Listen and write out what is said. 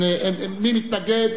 מי נגד?